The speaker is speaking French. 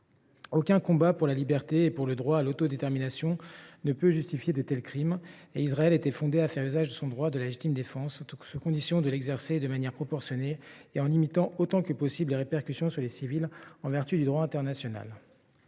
Aucun combat pour la liberté et pour le droit à l’autodétermination ne peut justifier de tels crimes, et Israël était fondé à faire usage de son droit à la légitime défense, à condition de l’exercer de manière proportionnée et en limitant autant que possible les répercussions sur les civils, en vertu du droit international.